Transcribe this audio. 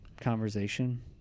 conversation